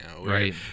Right